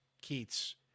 keats